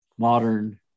modern